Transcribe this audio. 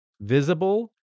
visible